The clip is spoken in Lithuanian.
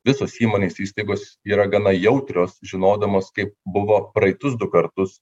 visos įmonės įstaigos yra gana jautrios žinodamos kaip buvo praeitus du kartus